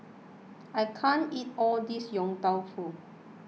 I can't eat all this Yong Tau Foo